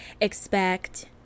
expect